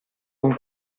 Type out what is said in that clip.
con